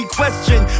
question